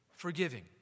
Forgiving